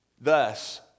Thus